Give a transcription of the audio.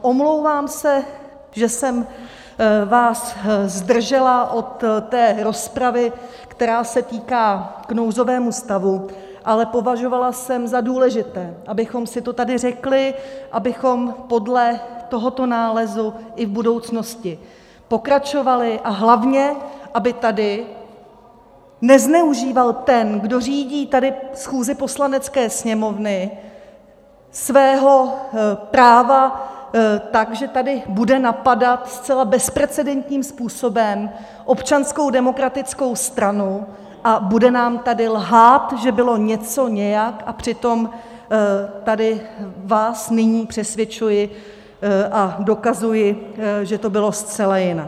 Omlouvám se, že jsem vás zdržela od té rozpravy, která se týká nouzového stavu, ale považovala jsem za důležité, abychom si to tady řekli, abychom podle tohoto nálezu i v budoucnosti pokračovali, a hlavně, aby tady nezneužíval ten, kdo tady řídí schůzi Poslanecké sněmovny, svého práva tak, že tady bude napadat zcela bezprecedentním způsobem Občanskou demokratickou stranu a bude nám tady lhát, že bylo něco nějak, a přitom vás tady nyní přesvědčuji a dokazuji, že to bylo zcela jinak.